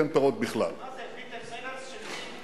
זה היה ב-1996.